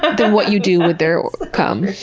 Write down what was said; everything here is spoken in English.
ah than what you do with their cum.